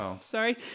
sorry